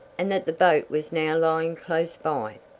and that the boat was now lying close by.